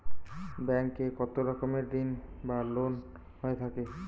Bank এ কত রকমের ঋণ বা লোন হয়ে থাকে?